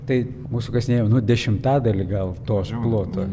tai mūsų kasinėjimai nu dešimtadalį gal to ploto